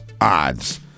odds